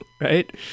right